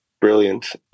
brilliant